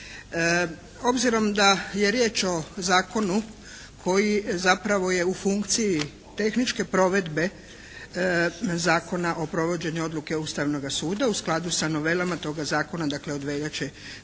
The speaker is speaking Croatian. Obzirom da je riječ o zakonu koji zapravo je u funkciji tehničke provedbe Zakona o provođenju odluke Ustavnoga suda u skladu sa novelama toga zakona dakle od veljače